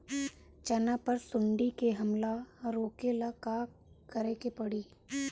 चना पर सुंडी के हमला रोके ला का करे के परी?